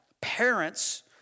Parents